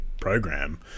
program